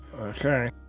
Okay